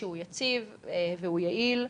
שהוא יציב והוא יעיל.